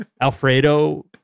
Alfredo